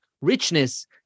richness